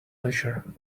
leisure